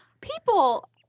people